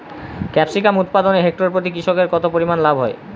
Capsicum উৎপাদনে hectare প্রতি কৃষকের কত পরিমান লাভ হয়?